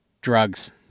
Drugs